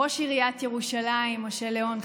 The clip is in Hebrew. ראש עירית ירושלים משה ליאון,